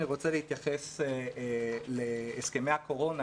אני רוצה להתייחס להסכמי הקורונה,